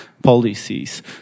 policies